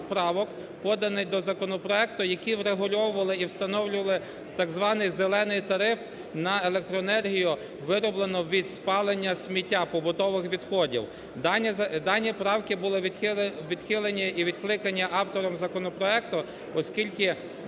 Дані правки були відхилені і відкликані автором законопроекту, оскільки